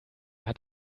hat